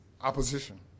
opposition